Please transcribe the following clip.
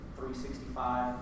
365